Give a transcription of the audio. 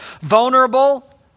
vulnerable